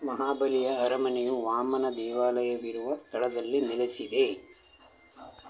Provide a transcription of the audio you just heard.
ಮಹಾಬಲಿಯ ಅರಮನೆಯು ವಾಮನ ದೇವಾಲಯವಿರುವ ಸ್ಥಳದಲ್ಲಿ ನೆಲೆಸಿದೆ